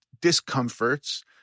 discomforts